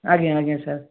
ଆଜ୍ଞା ଆଜ୍ଞା ସାର୍